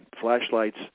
flashlights